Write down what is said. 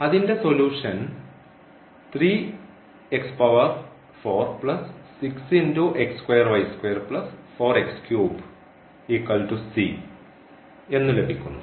അതിൻറെ സൊല്യൂഷൻ എന്ന് ലഭിക്കുന്നു